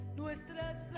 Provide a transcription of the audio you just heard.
nuestras